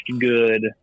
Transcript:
good